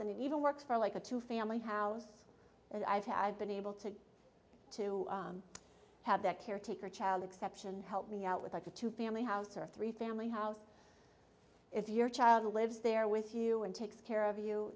it even works for like a two family house and i've had i've been able to to have that caretaker child exception help me out with like a two family house or three family house if your child lives there with you and takes care of you